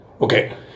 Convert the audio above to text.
Okay